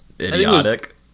Idiotic